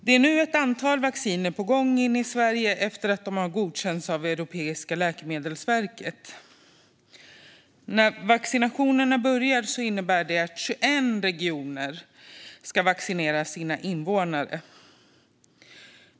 Det är nu ett antal vacciner på gång in i Sverige efter att de har godkänts av Europeiska läkemedelsmyndigheten. När vaccinationerna börjar innebär det att 21 regioner ska vaccinera sina invånare.